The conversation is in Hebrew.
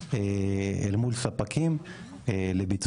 את עודפי תקציב שנת 2022 לשנת 2023. סך